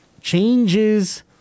changes